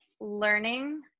learning